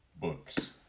Books